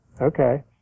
okay